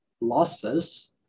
losses